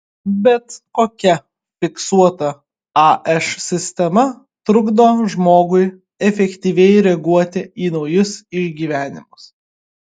bet kokia fiksuota aš sistema trukdo žmogui efektyviai reaguoti į naujus išgyvenimus